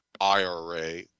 IRA